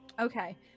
Okay